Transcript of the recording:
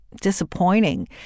disappointing